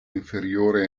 inferiore